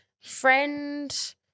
friend